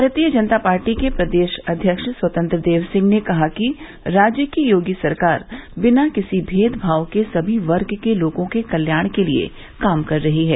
भारतीय जनता पार्टी के प्रदेश अध्यक्ष स्वतंत्र देव सिंह ने कहा कि राज्य की योगी सरकार बिना किसी भेदभाव के सभी वर्ग के लोगों के कल्याण के लिए काम कर रही है